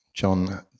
John